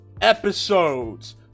episodes